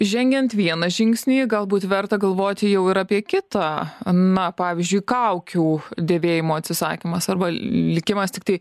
žengiant vieną žingsnį galbūt verta galvoti jau ir apie kitą na pavyzdžiui kaukių dėvėjimo atsisakymas arba likimas tiktai